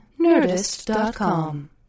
Nerdist.com